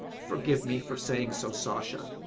forgive me for saying so, sasha,